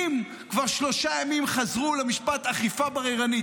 כבר שלושה ימים חזרו למשפט "אכיפה בררנית".